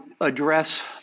address